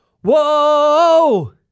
Whoa